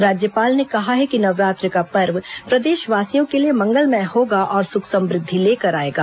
राज्यपाल ने कहा है कि नवरात्र का पर्व प्रदेशवासियों के लिए मंगलमय होगा और सुख समृद्धि लेकर आएगा